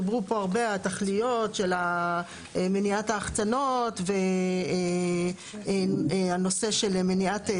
דיברו פה הרבה על התכליות של מניעת ההחצנות והנושא של מניעת,